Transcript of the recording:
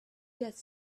just